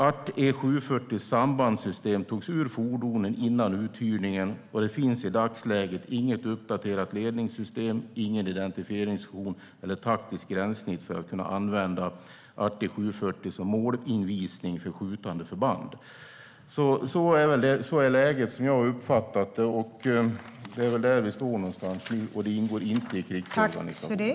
ArtE 740:s sambandssystem togs ur fordonen före uthyrningen, och det finns i dagsläget inget uppdaterat ledningssystem, ingen identifieringsfunktion eller något gränssnitt för att kunna använda ArtE 740 som målanvisning för skjutande förband. Så är läget, som jag har uppfattat det. Det är väl där vi står nu. Och detta ingår inte i krigsorganisationen.